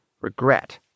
regret